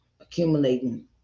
accumulating